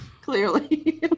Clearly